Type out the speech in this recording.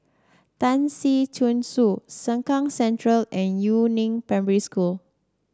Tan Si Chong Su Sengkang Central and Yu Neng Primary School